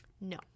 No